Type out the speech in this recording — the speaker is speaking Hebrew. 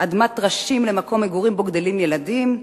אדמת טרשים למקום מגורים שבו גדלים ילדים?